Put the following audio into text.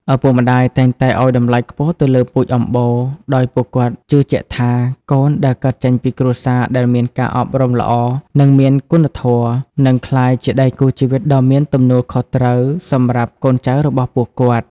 ឪពុកម្ដាយតែងតែឱ្យតម្លៃខ្ពស់ទៅលើ "ពូជអម្បូរ" ដោយពួកគាត់ជឿជាក់ថា កូនដែលកើតចេញពីគ្រួសារដែលមានការអប់រំល្អ និងមានគុណធម៌ នឹងក្លាយជាដៃគូជីវិតដ៏មានទំនួលខុសត្រូវសម្រាប់កូនចៅរបស់ពួកគាត់។